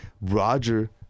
Roger